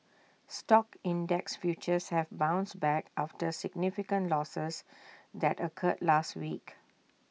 stock index futures have bounced back after significant losses that occurred last week